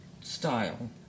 style